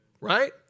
right